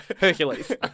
Hercules